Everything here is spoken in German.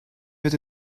wird